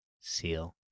Seal